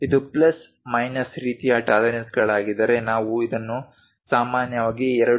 ಇದು plus minus ರೀತಿಯ ಟಾಲರೆನ್ಸ್ಗಳಾಗಿದ್ದರೆ ನಾವು ಇದನ್ನು ಸಾಮಾನ್ಯವಾಗಿ 2